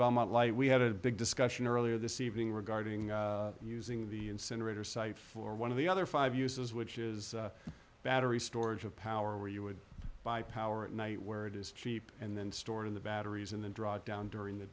of light we had a big discussion earlier this evening regarding using the incinerator site for one of the other five uses which is battery storage of power where you would buy power at night where it is cheap and then stored in the batteries and then draw down during the